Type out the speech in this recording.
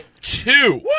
two